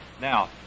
Now